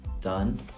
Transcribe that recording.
done